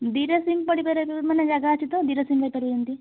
ଦୁଇଟା ସିମ୍ ପଡ଼ିପାରିବ ମାନେ ଜାଗା ଅଛି ତ ଦୁଇଟା ସିମ୍ ପଡ଼ିପାରିବ ଯେମିତି